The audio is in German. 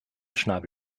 schnabel